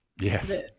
yes